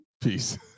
peace